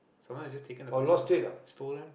someone is just taken the bicycle stolen